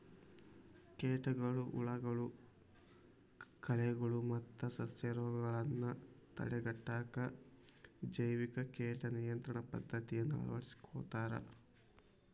ಕೇಟಗಳು, ಹುಳಗಳು, ಕಳೆಗಳು ಮತ್ತ ಸಸ್ಯರೋಗಗಳನ್ನ ತಡೆಗಟ್ಟಾಕ ಜೈವಿಕ ಕೇಟ ನಿಯಂತ್ರಣ ಪದ್ದತಿಯನ್ನ ಅಳವಡಿಸ್ಕೊತಾರ